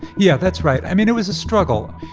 yeah, that's right. i mean, it was a struggle.